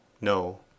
no